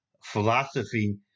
philosophy